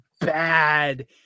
bad